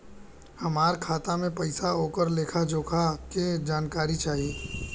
हमार खाता में पैसा ओकर लेखा जोखा के जानकारी चाही?